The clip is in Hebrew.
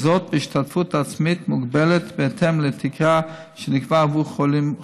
וזאת בהשתתפות עצמית מוגבלת בהתאם לתקרה שנקבעה עבור חולים כרוניים.